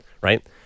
right